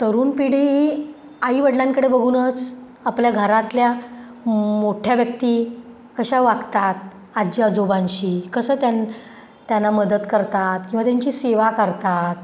तरुण पिढी आईवडिलांकडे बघूनच आपल्या घरातल्या मोठ्या व्यक्ती कशा वागतात आजी आजोबांशी कसं त्यां त्यांना मदत करतात किंवा त्यांची सेवा करतात